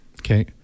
Okay